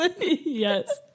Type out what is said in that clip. yes